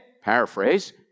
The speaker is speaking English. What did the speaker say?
paraphrase